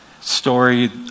Story